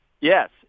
Yes